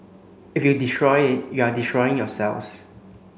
if you destroy it you are destroying yourselves